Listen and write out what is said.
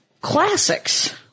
classics